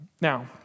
Now